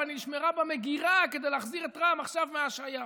אבל היא נשמרה במגרה כדי להחזיר את רע"מ עכשיו מההשהיה.